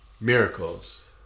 miracles